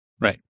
Right